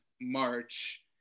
March